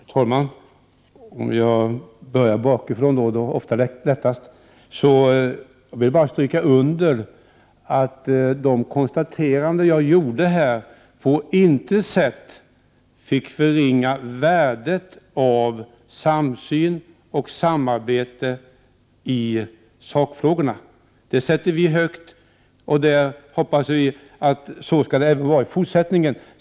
Herr talman! Jag börjar bakifrån, det är oftast lättast. Jag vill bara stryka under att de konstateranden jag gjorde på intet sätt får förringa värdet av samsyn och samarbete i sakfrågorna. Det sätter vi högt, och vi hoppas att det skall vara så även i fortsättningen.